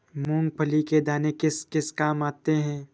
मूंगफली के दाने किस किस काम आते हैं?